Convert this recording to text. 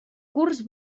curs